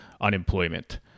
unemployment